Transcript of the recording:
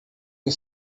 you